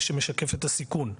שמשקף את הסיכון.